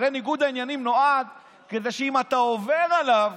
הרי ניגוד העניינים נועד כדי שאם אתה עובר עליו,